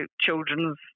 children's